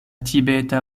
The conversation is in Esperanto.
tibeta